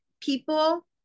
people